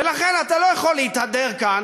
ולכן אתה לא יכול להתהדר כאן,